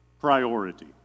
Priority